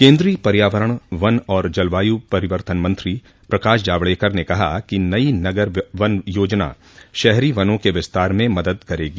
केन्द्रीय पर्यावरण वन और जलवायू परिवर्तन मंत्री प्रकाश जावड़ेकर ने कहा कि नई नगर वन योजना शहरी वनों के विस्तार में मदद करेगी